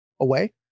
away